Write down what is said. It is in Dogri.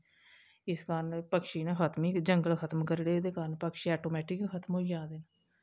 इस कारण एह् पक्षी न खतम जंगल खतम करी ओड़े एह्दे कारण पक्षी ऐटोमेटिक ही खतम होई जा दे ना